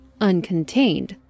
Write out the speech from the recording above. uncontained